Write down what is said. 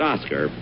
Oscar